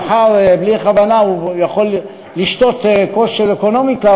מחר בלי כוונה הוא יכול לשתות כוס של אקונומיקה,